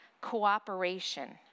cooperation